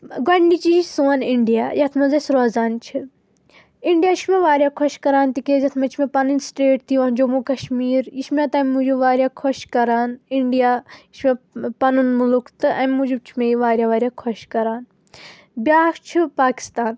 گۄڈٕنِچی چھِ سون اِنٛڈیا یَتھ منٛز أسۍ روزان چھِ اِنٛڈیا چھُ مےٚ واریاہ خۄش کَران تِکیازِ یَتھ منٛز چھِ مےٚ پنٕنۍ سِٹیٹ تہِ یِوان جموں کشمیٖر یہِ چھِ مےٚ تَمہِ موجوب واریاہ خۄش کَران اِنٛڈیا یہِ چھُ مےٚ پنُن مُلک تہٕ امہِ موجوب چھُ مےٚ یہِ واریاہ واریاہ خۄش کَران بیٛاکھ چھُ پاکستان